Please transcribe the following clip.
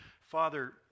Father